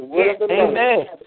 Amen